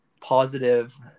positive